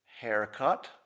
haircut